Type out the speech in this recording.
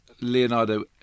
Leonardo